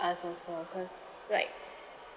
us also because like